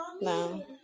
No